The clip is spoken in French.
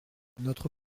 notre